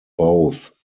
both